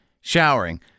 showering